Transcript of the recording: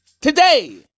today